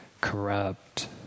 corrupt